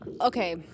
okay